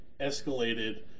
escalated